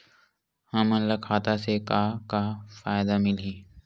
हमन ला खाता से का का फ़ायदा मिलही?